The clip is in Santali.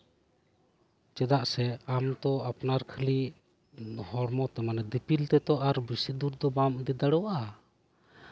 ᱪᱮᱫᱟᱜ ᱥᱮ ᱟᱢ ᱛᱚ ᱟᱯᱱᱟᱨ ᱠᱷᱟᱹᱞᱤ ᱦᱚᱲᱢᱚ ᱛᱮ ᱢᱟᱱᱮ ᱫᱤᱯᱤᱞ ᱛᱮ ᱛᱚ ᱟᱨ ᱵᱮᱥᱤ ᱫᱩᱨ ᱛᱚ ᱟᱨ ᱵᱟᱢ ᱤᱫᱤ ᱫᱟᱲᱮᱭᱟᱜᱼᱟ